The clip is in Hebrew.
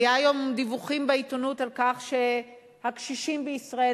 היו היום דיווחים בעיתונות על כך שהקשישים בישראל